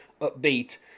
upbeat